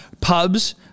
pubs